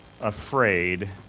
afraid